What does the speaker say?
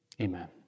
Amen